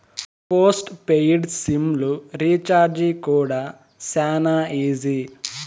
post paid sim లు recharge కూడా శానా ఈజీ